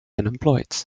unemployed